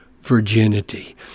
virginity